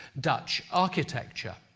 dutch architecture.